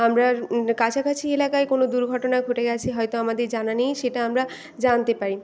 আমরা কাছাকাছি এলাকায় কোনো দুর্ঘটনা ঘটে গিয়েছে হয়তো আমাদের জানা নেই সেটা আমরা জানতে পারি